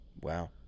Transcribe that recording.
Wow